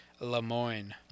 LeMoyne